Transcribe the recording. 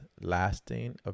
lasting